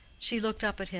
she looked up at him,